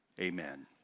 Amen